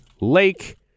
Lake